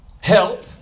Help